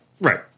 Right